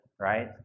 right